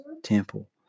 temple